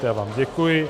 Já vám děkuji.